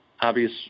obvious